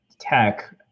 tech